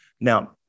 Now